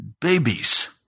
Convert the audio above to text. Babies